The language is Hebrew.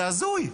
זה הזוי.